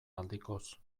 aldikoz